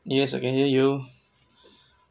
yes I can hear you